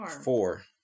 four